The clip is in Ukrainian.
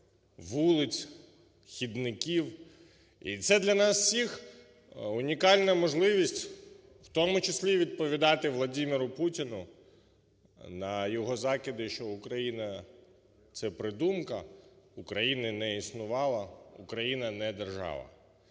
вулиць, хідників. І це для нас всіх унікальна можливість у тому числі відповідати Володимиру Путіну на його закиди, що Україна – це придумка, України не існувало, Україна – не держава.